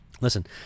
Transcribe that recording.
Listen